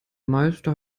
meister